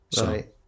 Right